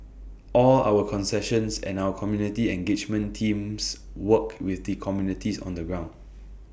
all our concessions and our community engagement teams work with the communities on the ground